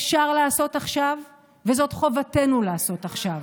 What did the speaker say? אפשר לעשות עכשיו, וזאת חובתנו לעשות עכשיו.